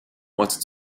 wanted